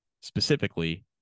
Specifically